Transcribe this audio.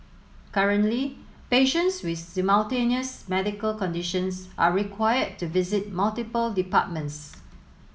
currently patients with simultaneous medical conditions are required to visit multiple departments